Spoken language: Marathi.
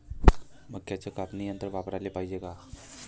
मक्क्याचं कापनी यंत्र वापराले पायजे का?